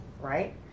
right